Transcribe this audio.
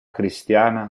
cristiana